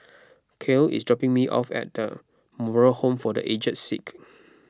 Cael is dropping me off at Moral Home for the Aged Sick